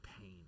pain